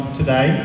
today